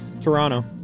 Toronto